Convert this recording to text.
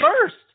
first